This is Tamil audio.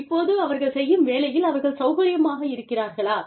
இப்போது அவர்கள் செய்யும் வேலையில் அவர்கள் சௌகரியமாக இருக்கிறார்களா